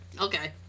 Okay